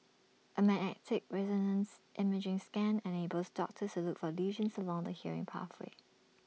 A magnetic resonance imaging scan enables doctors look for lesions along the hearing pathway